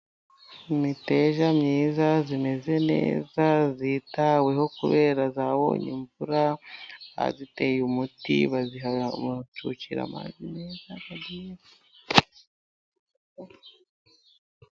Imiteja myiza imeze neza, yitaweho kubera yabonye imvura, bayiteye umuti, baziha, bazicucira amazi meza.